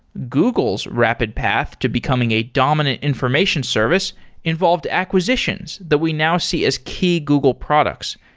google's rapid path to becoming a dominant information service involved acquisitions that we now see is key google products,